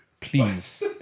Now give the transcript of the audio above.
please